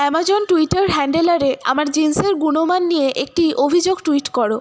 Amazon Twitter হ্যান্ডেলারে আমার জিন্সের গুণমান নিয়ে একটি অভিযোগ টুইট করো